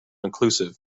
inclusive